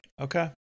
okay